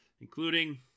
including